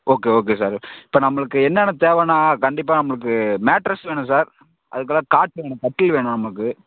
okay okay sir இப்போ நம்மளுக்கு என்னென்ன தேவைன்னா கண்டிப்பாக நம்மளுக்கு மேட்டர்ஸ் வேணும் சார் அதுக்கு அப்புறம் காட்டு வேணும் கட்டில் வேணும் நமக்கு